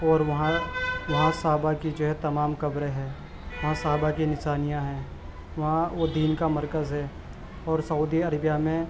اور وہاں وہاں صحابہ کی جو ہے تمام قبریں ہیں وہاں صحابہ کی نشانیاں ہیں وہاں وہ دین کا مرکز ہے اور سعودی عربیہ میں